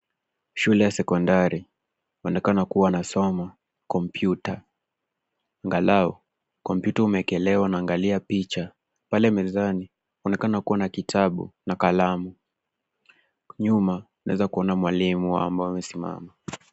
Shule ya sekondari, huonekana kuwa na somo, kopmyuta. Aangalau kompyuta umewekelewa unaangalia picha. Pale mezani huonekana kuwa na kitabu na kalamu, nyuma tunaweza kuona mwalimu ambaye amesimama.